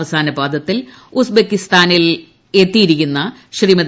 അവസാനപാദത്തിൽ ഉസ്ബക്കിസ്ഥാനിൽ എത്തിയിരിക്കുന്ന ശ്രീമതി